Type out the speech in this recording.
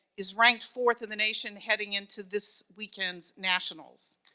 is ranked fourth in the nation heading into this weekend's nationals